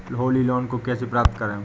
Holi loan को कैसे प्राप्त करें?